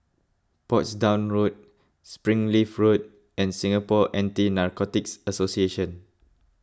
Portsdown Road Springleaf Road and Singapore Anti Narcotics Association